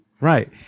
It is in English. right